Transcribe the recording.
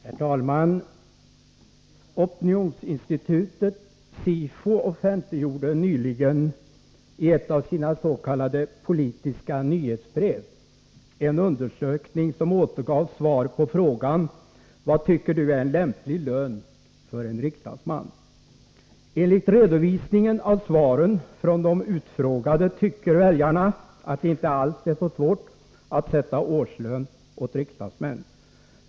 Herr talman! Opinionsinstitutet SIFO offentliggjorde nyligen i ett av sina s.k. politiska nyhetsbrev en undersökning som återgav svar på frågan: ”Vad tycker du är en lämplig lön för en riksdagsman?” Enligt redovisningen av svaren från de utfrågade tycker väljarna att det inte alls är svårt att sätta årslön åt riksdagsmän.